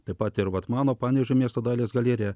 taip pat ir vat mano panevėžio miesto dailės galerija